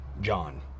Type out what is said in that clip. John